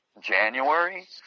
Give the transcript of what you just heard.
January